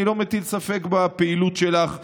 אני לא מטיל ספק בפעילות שלך שם,